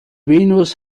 venus